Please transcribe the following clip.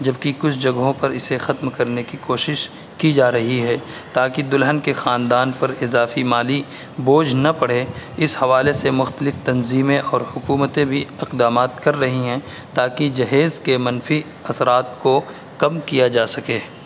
جب کہ کچھ جگہوں پر اسے ختم کرنے کی کوشش کی جا رہی ہے تا کہ دلہن کے خاندان پر اضافی مالی بوجھ نہ پڑے اس حوالے سے مختلف تنظیمیں اور حکومتیں بھی اقدامات کر رہی ہیں تا کہ جہیز کے منفی اثرات کو کم کیا جا سکے